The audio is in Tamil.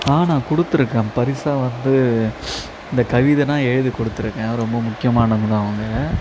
நான் கொடுத்துருக்கேன் பரிசாக வந்து இந்த கவிதைலாம் எழுதி கொடுத்துருக்கேன் ரொம்ப முக்கியமானவங்க அவங்க